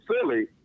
silly